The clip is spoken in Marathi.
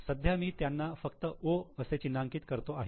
सध्या मी त्यांना फक्त 'O' असे चिन्हांकित करतो आहे